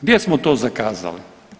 Gdje smo to zakazali?